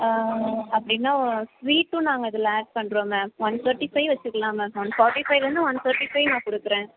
அப்படின்னா ஸ்வீட்டும் நாங்கள் இதில் ஆட் பண்ணுறோம் மேம் ஒன் தேட்டி ஃபை வெச்சிக்கலாம் மேம் ஒன் ஃபாட்டி ஃபையில் இருந்து ஒன் தேட்டி ஃபை நான் கொடுக்குறேன்